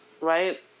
right